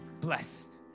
blessed